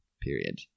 period